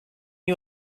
you